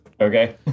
Okay